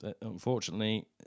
Unfortunately